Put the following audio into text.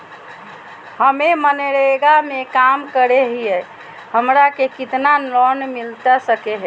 हमे मनरेगा में काम करे हियई, हमरा के कितना लोन मिलता सके हई?